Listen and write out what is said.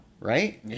right